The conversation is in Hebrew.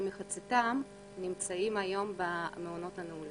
ומחציתם נמצאים היום במעונות הנעולים.